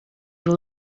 you